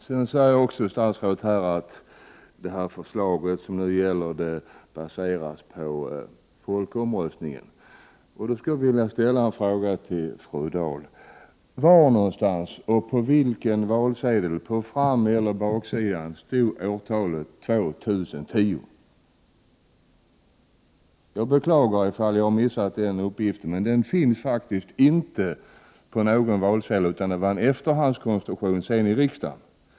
Statsrådet säger också att det förslag som nu gäller baseras på folkomröstningen. Jag skulle då vilja ställa en fråga till fru Dahl. Var någonstans, på vilken valsedel, på frameller baksidan, stod årtalet 2010? Jag beklagar ifall jag har missat den uppgiften. Den finns faktiskt inte på någon valsedel. Detta var en efterhandskonstruktion i riksdagen.